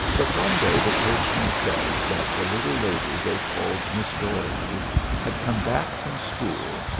but one day the coachman says that the little lady they called miss dorothy had come back from school,